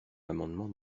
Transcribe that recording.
l’amendement